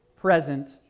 present